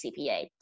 CPA